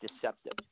deceptive